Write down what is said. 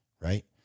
right